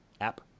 App